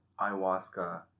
ayahuasca